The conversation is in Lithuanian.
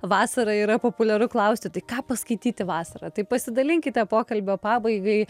vasarą yra populiaru klausti tai ką paskaityti vasarą tai pasidalinkite pokalbio pabaigai